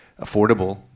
affordable